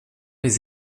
les